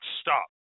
stop